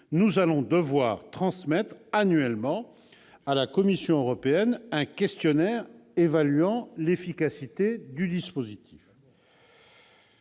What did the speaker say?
nous allons devoir transmettre annuellement à la Commission européenne un questionnaire évaluant l'efficacité du dispositif.